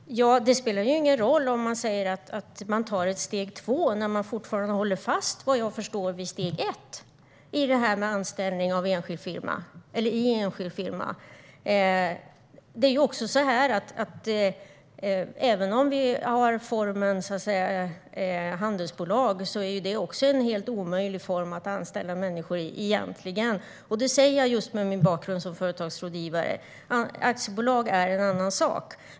Herr talman! Det spelar ingen roll om man säger att man tar steg två när man fortfarande håller fast, vad jag förstår, vid steg ett när det gäller anställning i enskild firma. Även handelsbolag är egentligen en helt omöjlig bolagsform att anställa människor i, och det säger jag just med min bakgrund som företagsrådgivare. Aktiebolag är en annan sak.